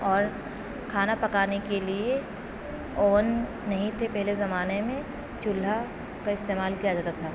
اور کھانا پکانے کے لیے اوون نہیں تھے پہلے زمانے مین چولہا کا استعمال کیا جاتا تھا